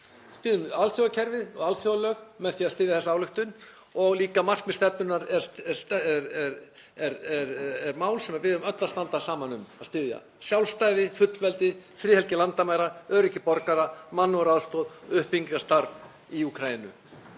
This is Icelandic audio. styðjum alþjóðakerfið og alþjóðalög með því að styðja þessa ályktun og markmið stefnunnar er líka mál sem við eigum öll að standa saman um að styðja; sjálfstæði, fullveldi, friðhelgi landamæra, öryggi borgara, mannúðaraðstoð, uppbyggingarstarf í Úkraínu.